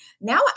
now